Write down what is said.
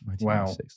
Wow